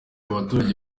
abaturage